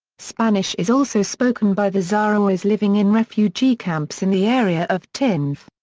spanish is also spoken by the sahrawis living in refugee camps in the area of tindouf.